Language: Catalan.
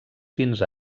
fins